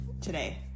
today